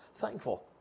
thankful